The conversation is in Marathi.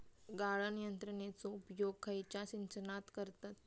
गाळण यंत्रनेचो उपयोग खयच्या सिंचनात करतत?